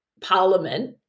parliament